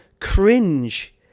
cringe